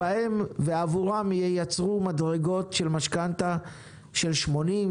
ועבורם ייצרו מדרגות של משכנתה של 80%,